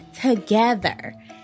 together